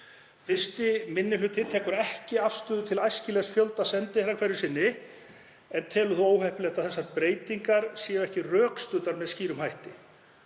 1. minni hluti tekur ekki afstöðu til æskilegs fjölda sendiherra hverju sinni en telur þó óheppilegt að þessar breytingar séu ekki rökstuddar með skýrum hætti.